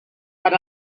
per